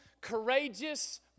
courageous